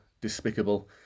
despicable